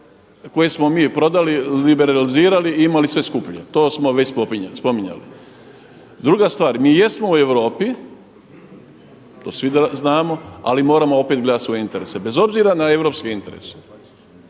koje smo mi prodali, liberalizirali i imali sve skuplje. To smo već spominjali. Druga stvar, mi jesmo u Europi, to svi znamo ali moramo opet gledati svoje interese bez obzira na europske interese.